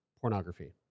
pornography